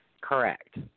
Correct